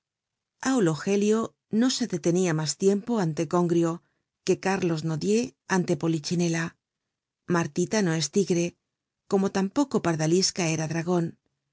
aulo gelio no se detenia mas tiempo ante congrio que carlos nodier ante polichinela martita no es tigre como tampoco pardalisca era dragon